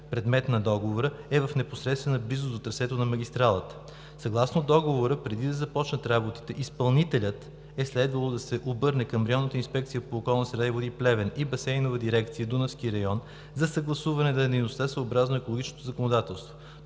предмет на договора, е в непосредствена близост до трасето на магистралата. Съгласно договора преди да започнат работите, изпълнителят е следвало да се обърне към Районната инспекция по околна среда и води – Плевен, и Басейнова дирекция „Дунавски район“ за съгласуване на дейността съобразно екологичното законодателство.